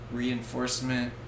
reinforcement